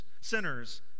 sinners